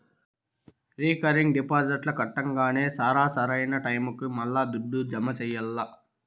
recurring డిపాజిట్లు కట్టంగానే సరా, సరైన టైముకి మల్లా దుడ్డు జమ చెయ్యాల్ల